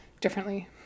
differently